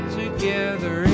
together